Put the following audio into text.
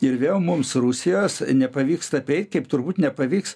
ir vėl mums rusijos nepavyksta apeit kaip turbūt nepavyks